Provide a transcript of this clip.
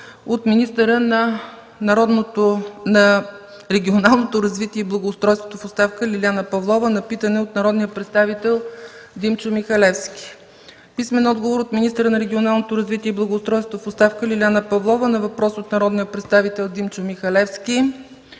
- министъра на регионалното развитие и благоустройството в оставка Лиляна Павлова на две питания от народния представител Димчо Михалевски; - министъра на регионалното развитие и благоустройството в оставка Лиляна Павлова на два въпроса от народния представител Димчо Михалевски;